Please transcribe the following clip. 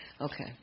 Okay